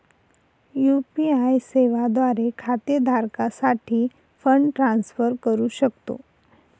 UPI सेवा द्वारे खाते धारकासाठी फंड ट्रान्सफर करू शकतो